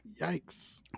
Yikes